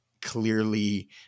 clearly